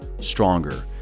Stronger